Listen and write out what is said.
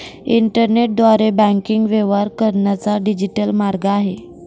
इंटरनेटद्वारे बँकिंग व्यवहार करण्याचा डिजिटल मार्ग आहे